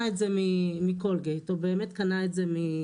את זה מקולגייט או באמת קנה את זה מלוריאל.